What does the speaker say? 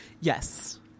yes